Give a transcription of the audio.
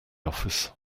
office